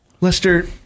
Lester